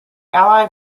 allied